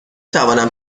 توانم